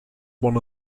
one